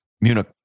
Munich